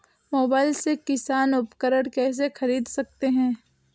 Mobile से किसान उपकरण कैसे ख़रीद सकते है?